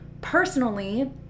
personally